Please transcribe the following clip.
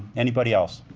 anybody else?